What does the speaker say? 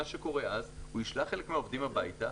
מה שיקרה הוא שהוא ישלח חלק מהעובדים הביתה,